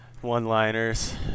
one-liners